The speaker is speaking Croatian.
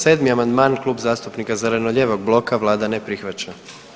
7. amandman, Klub zastupnika zeleno-lijevog bloka, Vlada ne prihvaća.